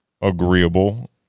agreeable